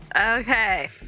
Okay